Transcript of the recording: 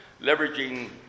leveraging